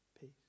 peace